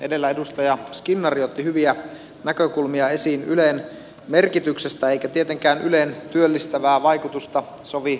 edellä edustaja skinnari otti hyviä näkökulmia esiin ylen merkityksestä eikä tietenkään ylen työllistävää vaikutusta sovi kiistää